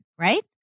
right